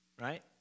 right